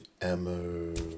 emma